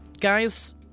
guys